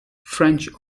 french